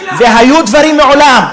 והיו דברים מעולם.